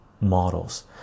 models